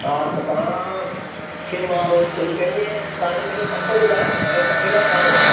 हा त तव्हांखे मां पंहिंजी पंहिंजी अ पतो ॿुधायो घर किथे अथव तव्हांजो